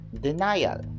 denial